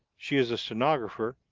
she is a stenographer.